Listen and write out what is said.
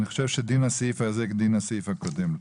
אני חושב שדין הסעיף הזה כדין הסעיף הקודם.